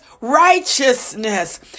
righteousness